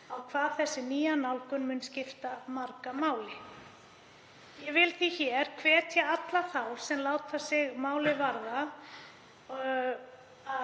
á hvað þessi nýja nálgun mun skipta marga máli. Ég vil því hvetja alla þá sem láta sig málið varða